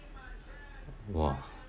!wah!